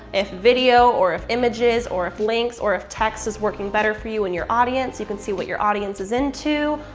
if video or if images or if links or if text is working better for you and your audience. you can see what your audience is into.